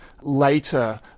later